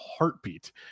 heartbeat